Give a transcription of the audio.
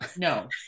No